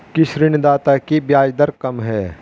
किस ऋणदाता की ब्याज दर कम है?